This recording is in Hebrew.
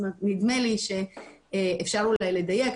זאת אומרת נדמה לי שאפשר אולי לדייק,